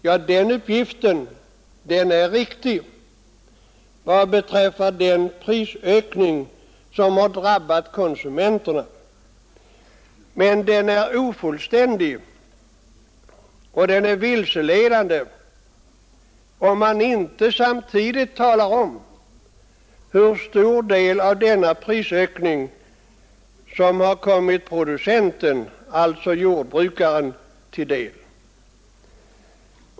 Ja, den uppgiften är riktig vad beträffar den prisökning som har drabbat konsumenterna. Men den är ofullständig och vilseledande om man inte samtidigt talar om hur stor del av denna prisökning som har kommit producenten, alltså jordbrukaren, till del.